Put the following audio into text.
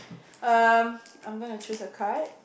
um I'm gonna choose a card